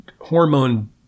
hormone